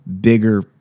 bigger